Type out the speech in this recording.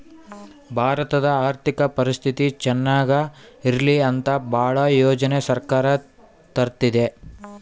ಭಾರತದ ಆರ್ಥಿಕ ಪರಿಸ್ಥಿತಿ ಚನಾಗ ಇರ್ಲಿ ಅಂತ ಭಾಳ ಯೋಜನೆ ಸರ್ಕಾರ ತರ್ತಿದೆ